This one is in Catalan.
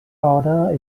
hora